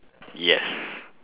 yes